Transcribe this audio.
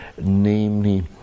namely